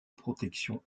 protection